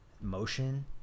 Motion